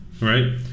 right